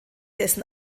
dessen